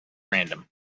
random